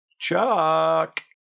chuck